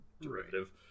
derivative